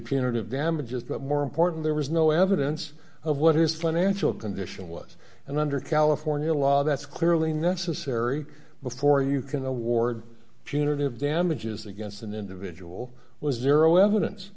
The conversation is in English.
punitive damages but more important there was no evidence of what his financial condition was and under california law that's clearly necessary before you can award punitive damages against an individual was zero evidence